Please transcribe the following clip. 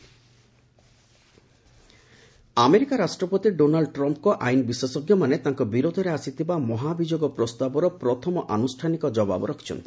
Trump impeachment America ରାଷ୍ଟ୍ରପତି Donald ଟ୍ରମ୍ପ୍ଙ୍କ ଆଇନ ବିଶେଷଜ୍ଞମାନେ ତାଙ୍କ ବିରୋଧରେ ଆସିଥିବା ମହାଭିଯୋଗ ପ୍ରସ୍ତାବର ପ୍ରଥମ ଆନୁଷ୍ଠାନିକ ଜବାବ ରଖିଛନ୍ତି